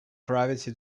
gravity